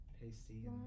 pasty